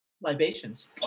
libations